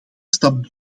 stap